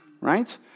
right